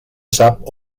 sap